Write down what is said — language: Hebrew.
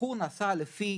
התמחור נעשה לפי